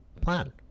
plan